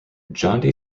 john